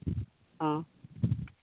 ᱦᱮᱸ